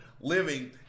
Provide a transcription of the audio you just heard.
living